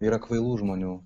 yra kvailų žmonių